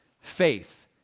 Faith